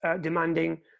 demanding